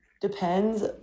depends